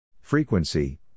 Frequency